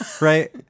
right